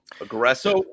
Aggressive